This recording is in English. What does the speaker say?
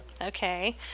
Okay